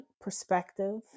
perspective